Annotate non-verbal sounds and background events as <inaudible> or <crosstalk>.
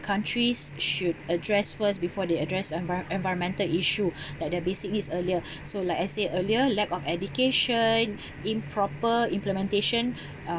countries should address first before they address envir~ environmental issue <breath> like that basic needs earlier <breath> so like I said earlier lack of education <breath> improper implementation